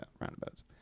roundabouts